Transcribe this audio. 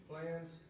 Plans